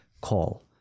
call